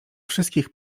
wszystkich